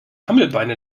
hammelbeine